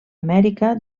amèrica